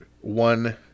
one